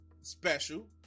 special